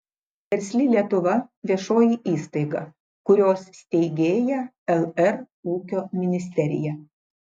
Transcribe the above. versli lietuva viešoji įstaiga kurios steigėja lr ūkio ministerija